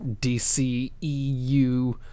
DCEU